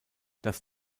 das